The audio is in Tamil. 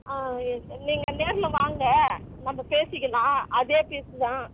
ஆ நீங்கள் நேரில் வாங்க நம்ம பேசிக்கலாம் அதே பீஸ்ஸு தான்